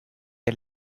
des